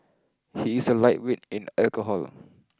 he is a lightweight in alcohol